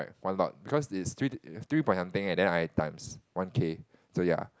one lot because is three three point something and then I times one K so ya